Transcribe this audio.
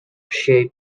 shaped